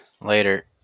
Later